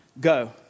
go